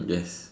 yes